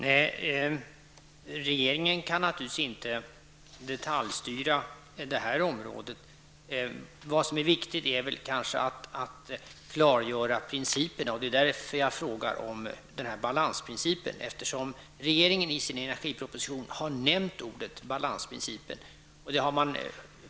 Herr talman! Regeringen kan naturligtvis inte detaljstyra detta område. Vad som är viktigt är att klargöra principerna. Det är därför som jag frågar om balansprincipen. Regeringen har i sin energiproposition nämnt balansprincipen.